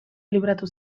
libratu